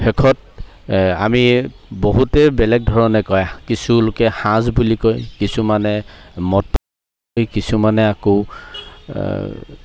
শেষত এ আমি বহুতে বেলেগ ধৰণে কয় কিছু লোকে সাঁজ বুলি কয় কিছুমানে মত কিছুমানে আকৌ